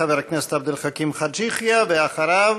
חבר הכנסת עבד אל חכים חאג' יחיא, ואחריו,